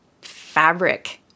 fabric